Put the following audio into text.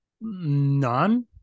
None